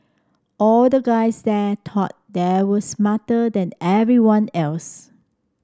all the guys there thought they were smarter than everyone else